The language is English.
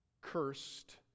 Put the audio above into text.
Cursed